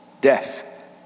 Death